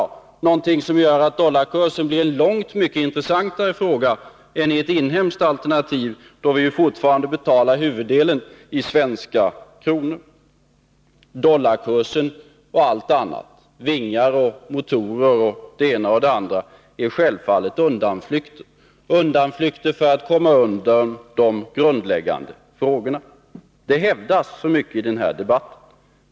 För sådan tillverkning blir dollarkursen en långt intressantare fråga än i ett inhemskt alternativ, då vi fortfarande betalar huvuddelen i svenska kronor. Dollarkursen och allt annat, vingar, motorer och det ena och det andra är självfallet undanflykter för att komma ifrån de grundläggande frågorna. Det hävdas så mycket i den här debatten.